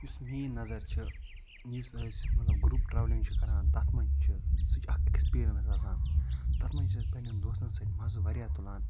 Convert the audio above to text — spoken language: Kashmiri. یُس میٛٲنۍ نظر چھِ یُس أسۍ مطلب گرٛوپ ٹرٛاولِنٛگ چھِ کران تَتھ منٛز چھِ سُہ چھِ اَکھ اٮ۪کٕسپیٖریَنٕس آسان تَتھ منٛز چھِ أسۍ پَنٛنٮ۪ن دوستَن سۭتۍ مَزٕ واریاہ تُلان